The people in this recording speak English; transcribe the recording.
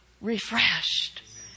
refreshed